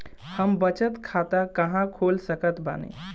हम बचत खाता कहां खोल सकत बानी?